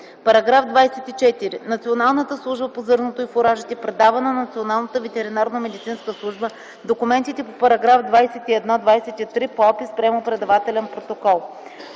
§ 24. Националната служба по зърното и фуражите предава на Националната ветеринарномедицинска служба документите по § 21-23 по опис с предавателно-приемателен протокол.